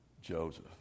Joseph